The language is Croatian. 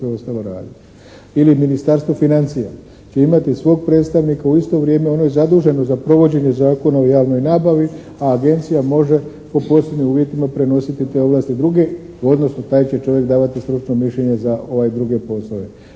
Ili Ministarstvo financija će imati svog predstavnika u isto vrijeme. Ono je zaduženo za provođenje Zakona o javnoj nabavi, a Agencija može po posebnim uvjetima prenositi te ovlasti drugima, odnosno taj će čovjek davati stručno mišljenje za ove druge poslove.